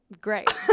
Great